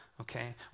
Okay